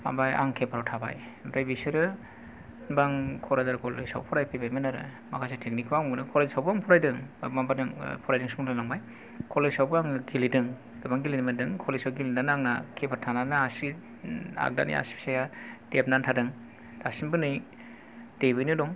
ओमफ्राय आं किपार आव थाबाय ओमफ्राय बिसोरो होनबा आं क'क्राजार कलेज आव फरायफैबायमोन आरो माखासे टेकनिक खौ आं माने कलेज आवबो आं फरायदों माबादों फरायदोंसो बुंलाय लांबाय कलेज आवबो आङो गेलेदों गोबां गेलेनो मोनदों कलेज आव गेलेनानै आंना किपार थानानैनो आगदानि आसि फिसाया देबनानै थादों दासिमबो नै देबनानैनो दं